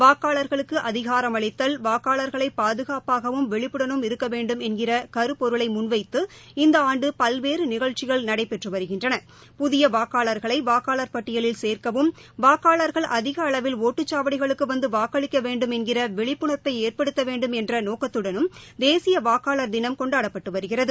வாக்காளர்களுக்கு அதிகாரமளித்தல் வாக்காளர்கள் பாதகாப்பாகவும் விழிப்புடனும் இருக்க வேண்டும் என்கிற கருப்பொருளை முன்வைத்து இந்த ஆண்டு பல்வேறு நிகழ்ச்சிகள் நடந்து வருகிறது புதிய வாக்காளர்களை வாக்காளர் பட்டியலில் சேர்க்கவும் வாக்காளர்கள் அதிக அளவில் ஒட்டுச்சாவடிகளுக்கு வந்து வாக்களிக்க வேண்டும் என்கிற விழிப்புணர்வை ஏற்படுத்த வேண்டும் என்கிற நோக்கத்துடனும் தேசிய வாக்காளர் தினம் கொண்டாடப்பட்டு வருகிறது